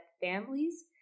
families